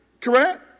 Correct